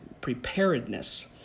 preparedness